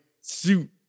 suit